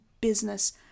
business